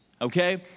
Okay